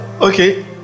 Okay